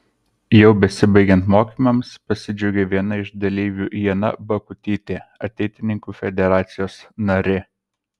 jau besibaigiant mokymams pasidžiaugė viena iš dalyvių ieva bakutytė ateitininkų federacijos narė